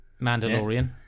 Mandalorian